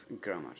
grammar